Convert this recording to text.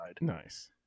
Nice